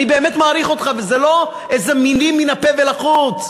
אני באמת מעריך אותך, וזה לא מילים מן הפה ולחוץ.